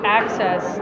access